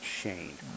Shane